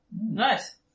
Nice